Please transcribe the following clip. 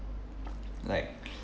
like